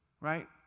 right